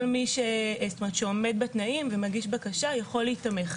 כל מי שעומד בתנאים ומגיש בקשה יכול להיתמך,